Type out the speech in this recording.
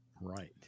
Right